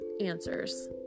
answers